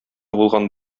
булган